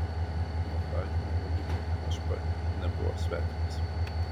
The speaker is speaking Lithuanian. nuo pradžių mano vyrui nšp nebuvo svetimas